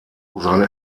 seine